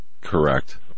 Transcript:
correct